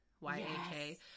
Y-A-K